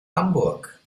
hamburg